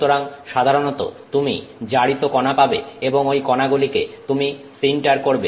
সুতরাং সাধারণত তুমি জারিত কণা পাবে এবং ওই কণাগুলিকে তুমি সিন্টার করবে